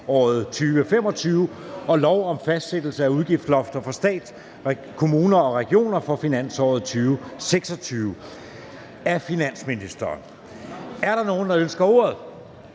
til lov om fastsættelse af udgiftslofter for stat, kommuner og regioner for finansåret 2027. Af finansministeren (Nicolai Wammen).